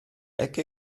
ecke